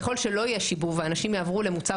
ככל שלא יהיה שיבוב ואנשים יעברו למוצר